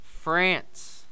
France